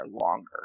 longer